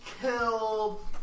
killed